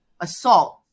assault